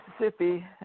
Mississippi